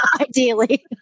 Ideally